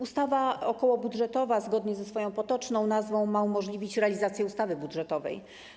Ustawa okołobudżetowa, zgodnie ze swoją potoczną nazwą, ma umożliwić realizację ustawy budżetowej.